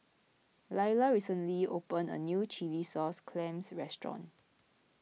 Leyla recently open a new Chilli Sauce Clams Restaurant